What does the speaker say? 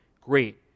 great